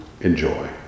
enjoy